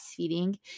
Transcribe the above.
breastfeeding